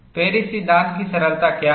Paris सिद्धांत की सरलता क्या है